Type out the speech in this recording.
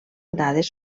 dades